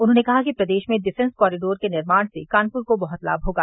उन्होंने कहा कि प्रदेश में डिफेंस कॉरिडोर के निर्माण से कानपुर को बहुत लाभ होगा